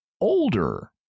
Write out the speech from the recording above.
older